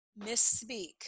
misspeak